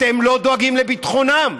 אתם לא דואגים לביטחונם.